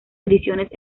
ediciones